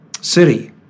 city